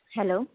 hello